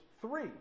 Three